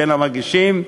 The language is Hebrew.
בין המגישים.